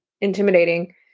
intimidating